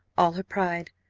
all her pride,